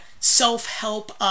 self-help